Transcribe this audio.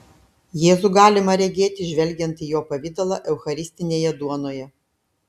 jėzų galima regėti žvelgiant į jo pavidalą eucharistinėje duonoje